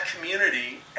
community